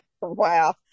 Wow